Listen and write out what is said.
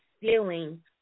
feeling